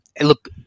look